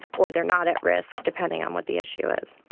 or they are not at risk, depending on what the issue is.